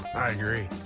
i agree.